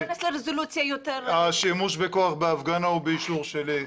אז תיכנס לרזולוציה יותר --- השימוש בכוח בהפגנה הוא באישור שלי.